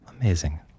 Amazing